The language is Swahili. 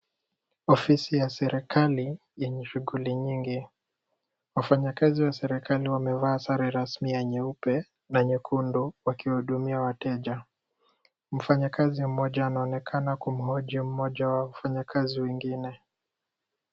Ofisi ya serikali yenye shughuli nyingi. Wafanyakazi wa serikali wamevaa sare rasmi ya nyeupe na nyekundu wakiwahudumia wateja. Mfanyakazi mmoja anaonekana kumhoji mmoja wa wafanyakazi wengine.